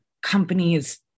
companies